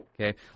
Okay